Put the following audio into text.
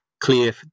clear